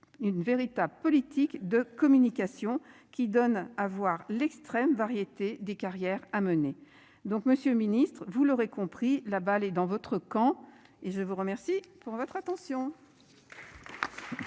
Une véritable politique de communication qui donne à voir l'extrême variété des carrières à mener donc Monsieur le Ministre, vous l'aurez compris, la balle est dans votre camp. Et je vous remercie pour votre attention.